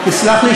תכף תוכל לנמק,